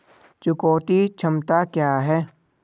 चुकौती क्षमता क्या है?